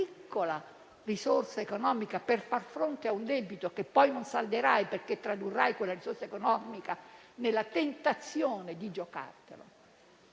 una piccola risorsa economica per far fronte a un debito che poi ti salverà, perché tradurrai quella risorsa economica nella tentazione di giocare.